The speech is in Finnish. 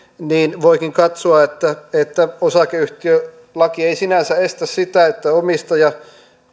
niin voikin katsoa että että osakeyhtiölaki ei sinänsä estä sitä että omistaja